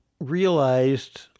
realized